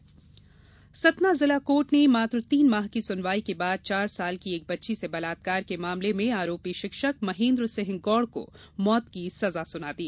सजा सतना जिला कोर्ट ने मात्र तीन माह की सुनवाई के बाद चार साल की एक बच्ची से बलात्कार के मामले में आरोपी शिक्षक महेन्द्र सिंह गौड़ को मौत की सजा सुना दी